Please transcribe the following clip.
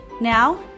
Now